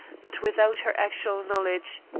but without her actual knowledge.